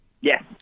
Yes